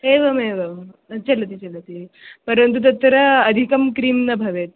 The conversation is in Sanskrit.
एवमेवं चलति चलति परन्तु तत्र अधिकं क्रीम् न भवेत्